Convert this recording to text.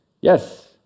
Yes